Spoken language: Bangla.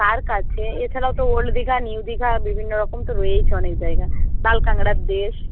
তার কাছে এছাড়াও তো ওল্ড দীঘা নিউ দীঘা বিভিন্ন রকম তো রয়েছে অনেক জায়গা লাল কাঁকড়ার দেশ